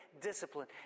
discipline